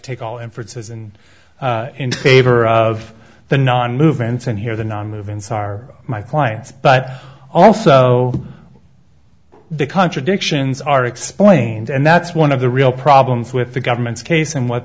take all inferences and in favor of the non movements and hear the nonmoving so are my clients but also the contradictions are explained and that's one of the real problems with the government's case and what